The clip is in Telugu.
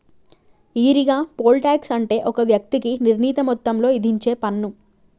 ఈరిగా, పోల్ టాక్స్ అంటే ఒక వ్యక్తికి నిర్ణీత మొత్తంలో ఇధించేపన్ను